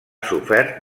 sofert